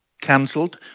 cancelled